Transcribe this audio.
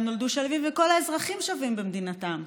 נולדו שווים וכל האזרחים שווים במדינתם.